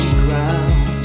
ground